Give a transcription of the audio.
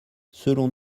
selon